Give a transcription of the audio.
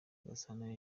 gasana